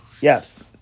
Yes